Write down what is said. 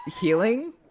Healing